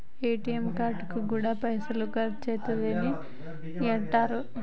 ATM కార్డుకు గూడా పైసలు ఖర్చయితయటరో